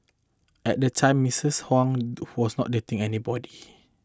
at the time Mistress Huang was not dating anybody